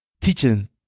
teaching